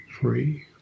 free